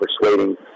persuading